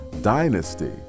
Dynasty